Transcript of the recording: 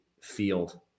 field